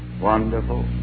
wonderful